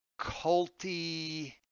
culty